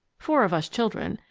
four of us children,